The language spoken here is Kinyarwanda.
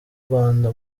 rwanda